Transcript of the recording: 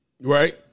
Right